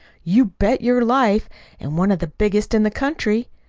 you bet your life and one of the biggest in the country.